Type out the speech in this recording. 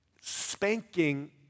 Spanking